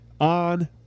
on